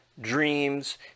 dreams